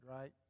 right